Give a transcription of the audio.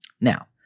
Now